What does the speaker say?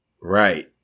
Right